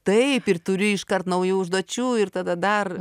taip ir turi iškart naujų užduočių ir tada dar